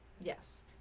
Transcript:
yes